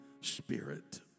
spirit